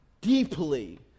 deeply